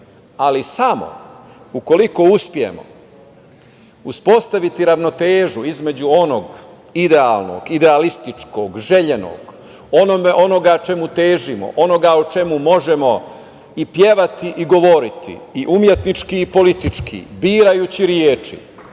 ali samo ukoliko uspemo uspostaviti ravnotežu između onog idealnog, idealističkog, željenog, onoga čemu težimo, onoga o čemu možemo i pevati i govoriti i umetnički i politički, birajući reči